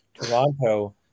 Toronto